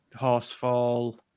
Horsefall